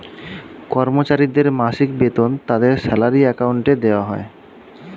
কর্মচারীদের মাসিক বেতন তাদের স্যালারি অ্যাকাউন্টে দেওয়া হয়